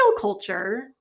culture